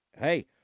hey